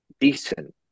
decent